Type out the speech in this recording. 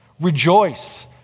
Rejoice